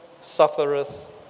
suffereth